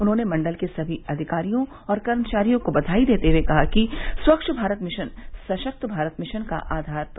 उन्होंने मण्डल के सनी अधिकारियों और कर्मचारियों को बधाई देते हुए कहा कि स्वच्छ भारत मिशन सशक्त भारत मिशन का आघार पर